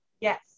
Yes